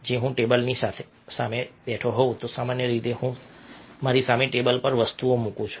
જો હું ટેબલની સામે બેઠો હોઉં તો સામાન્ય રીતે હું મારી સામે ટેબલ પર વસ્તુઓ મૂકું છું